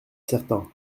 certain